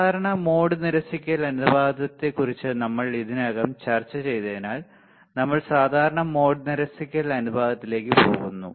സാധാരണ മോഡ് നിരസിക്കൽ അനുപാതത്തെക്കുറിച്ച് നമ്മൾ ഇതിനകം ചർച്ചചെയ്തതിനാൽ നമ്മൾ സാധാരണ മോഡ് നിരസിക്കൽ അനുപാതത്തിലേക്ക് പോകുന്നു